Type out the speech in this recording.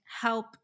help